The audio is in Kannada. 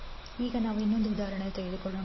78°A ಈಗ ನಾವು ಇನ್ನೊಂದು ಉದಾಹರಣೆಯನ್ನು ತೆಗೆದುಕೊಳ್ಳೋಣ